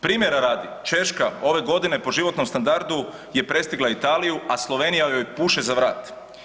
Primjera radi, Češka ove godine po životnom standardu je prestigla Italiju, a Slovenija joj puše za vrat.